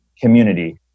community